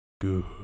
Good